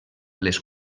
les